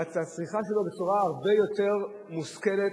והצריכה שלו, בצורה הרבה יותר מושכלת,